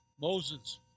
Moses